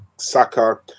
Saka